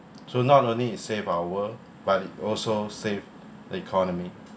so not only it save our world but it also save economy